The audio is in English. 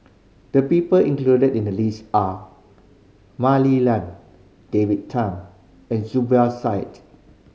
the people included in the list are Mah Li Lian David Tham and Zubir Said